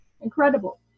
incredible